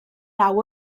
naw